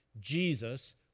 Jesus